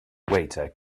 waiter